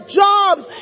jobs